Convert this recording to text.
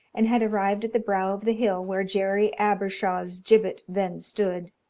and had arrived at the brow of the hill where jerry abershaw's gibbet then stood,